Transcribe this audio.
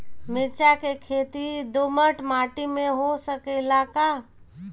मिर्चा के खेती दोमट माटी में हो सकेला का?